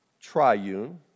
triune